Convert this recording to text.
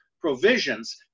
provisions